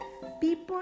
People